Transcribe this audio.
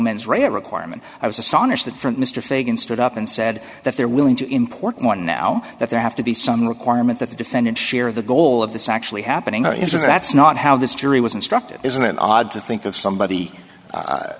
mens rea a requirement i was astonished that for mr fagan stood up and said that they're willing to import one now that there have to be some requirement that the defendant share the goal of this actually happening or is that's not how this jury was instructed isn't it odd to think of somebody